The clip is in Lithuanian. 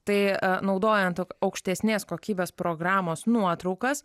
tai naudojant aukštesnės kokybės programos nuotraukas